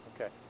okay